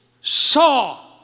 saw